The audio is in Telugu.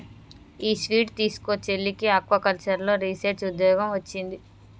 ఈ స్వీట్ తీస్కో, చెల్లికి ఆక్వాకల్చర్లో రీసెర్చ్ ఉద్యోగం వొచ్చింది